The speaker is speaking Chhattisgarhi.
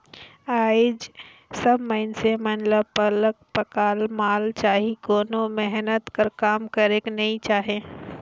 आएज सब मइनसे मन ल पकल पकाल माल चाही कोनो मेहनत कर काम करेक नी चाहे